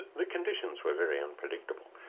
the conditions were very unpredictable.